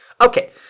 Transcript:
okay